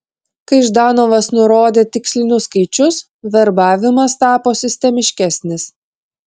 kai ždanovas nurodė tikslinius skaičius verbavimas tapo sistemiškesnis